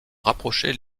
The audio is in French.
rapprocher